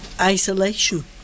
isolation